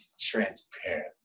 transparent